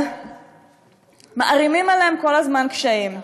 אבל מערימים עליהם כל הזמן קשיים.